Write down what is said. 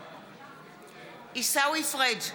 נגד עיסאווי פריג'